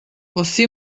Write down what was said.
você